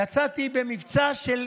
יצאתי במבצע של